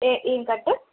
ఎ ఏమి కట్